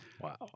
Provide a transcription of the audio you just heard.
Wow